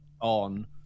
on